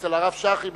אצל הרב שך, עם,